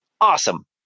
awesome